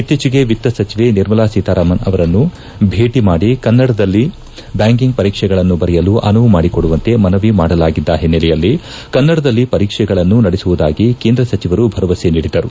ಇತ್ತೀಚೆಗೆ ವಿತ್ತ ಸಚಿವೆ ನಿರ್ಮಲಾ ಸೀತಾರಾಮನ್ ಅವರನ್ನು ಭೇಟ ಮಾಡಿ ಕನ್ನಡದಲ್ಲಿ ಬ್ಯಾಂಕಿಂಗ್ ಪರೀಕ್ಷೆಗಳನ್ನು ಬರೆಯಲು ಅನುವು ಮಾಡಿಕೊಡುವಂತೆ ಮನವಿ ಮಾಡಲಾಗಿದ್ದ ಹಿನ್ನೆಲೆಯಲ್ಲಿ ಕನ್ನಡದಲ್ಲಿ ಪರೀಕ್ಷೆಗಳನ್ನು ನಡೆಸುವುದಾಗಿ ಕೇಂದ್ರ ಸಚಿವರು ಭರವಸೆ ನೀಡಿದ್ದರು